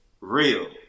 real